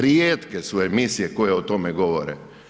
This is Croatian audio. Rijetke su emisije koje o tome govore.